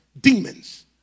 demons